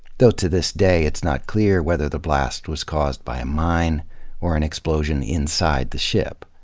though to this day, it's not clear whether the blast was caused by a mine or an explosion inside the ship.